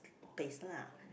paste lah